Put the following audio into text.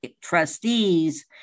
trustees